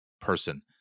person